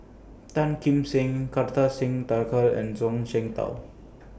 Tan Kim Seng Kartar Singh Thakral and Zhuang Shengtao